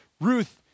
Ruth